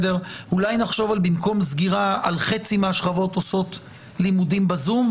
אולי במקום על סגירה נחשוב שחצי מהשכבות עושות לימודים בזום,